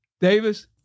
Davis